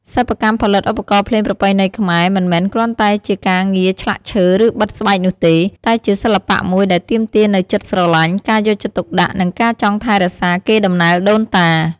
សិប្បកម្មផលិតឧបករណ៍ភ្លេងប្រពៃណីខ្មែរ មិនមែនគ្រាន់តែជាការងារឆ្លាក់ឈើ ឬបិទស្បែកនោះទេ តែជាសិល្បៈមួយដែលទាមទារនូវចិត្តស្រឡាញ់ ការយកចិត្តទុកដាក់ និងការចង់ថែរក្សាកេរដំណែលដូនតា។